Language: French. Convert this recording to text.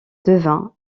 devint